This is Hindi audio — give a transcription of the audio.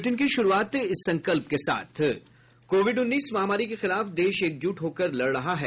बुलेटिन की शुरूआत इस संकल्प के साथ कोविड उन्नीस महामारी के खिलाफ देश एकजुट होकर लड़ रहा है